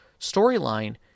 storyline